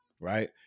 right